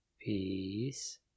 Peace